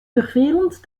vervelend